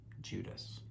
Judas